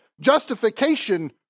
justification